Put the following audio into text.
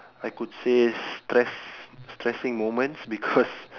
I could say stress stressing moments because